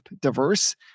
diverse